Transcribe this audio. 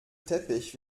teppich